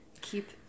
Keep